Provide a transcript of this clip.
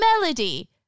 melody